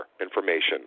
information